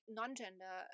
non-gender